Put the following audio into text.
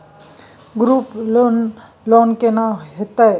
Group loan केना होतै?